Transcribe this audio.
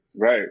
Right